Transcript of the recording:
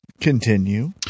Continue